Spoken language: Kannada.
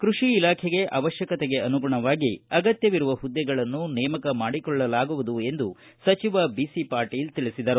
ಕೈಷಿ ಇಲಾಖೆ ಅವಶ್ಯಕತೆಗೆ ಅನುಗುಣವಾಗಿ ಅಗತ್ತವಿರುವ ಹುದ್ದೆಗಳನ್ನು ನೇಮಕ ಮಾಡಿಕೊಳ್ಳಲಾಗುವುದು ಎಂದು ಅವರು ಹೇಳಿದರು